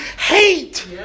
hate